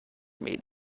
made